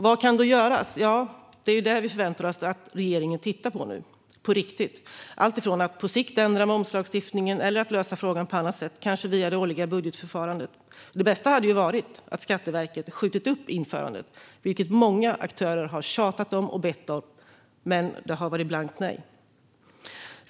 Vad kan då göras? Ja, det är det vi förväntar oss att regeringen nu ska titta på på riktigt. Det gäller alltifrån att på sikt ändra momslagstiftningen till att lösa frågan på annat sätt, kanske via det årliga budgetförfarandet. Det bästa hade varit om Skatteverket skjutit upp införandet, vilket många aktörer har tjatat om och bett om - men det har varit blankt nej.